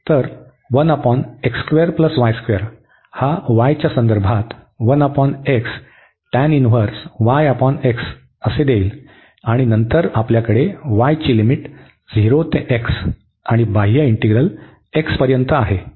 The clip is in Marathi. तर हा y च्या संदर्भात देईल आणि नंतर आपल्याकडे y ची लिमिट 0 ते x आणि बाह्य इंटीग्रल x पर्यंत आहे